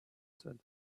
said